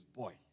boy